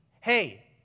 hey